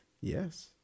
Yes